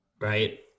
right